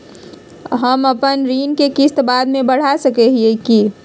हम अपन ऋण के किस्त बाद में बढ़ा घटा सकई हियइ?